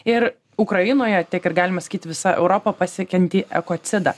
ir ukrainoje tiek ir galima sakyt visa europa pasiekiantį ekocidą